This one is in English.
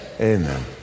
Amen